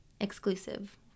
exclusive